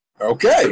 Okay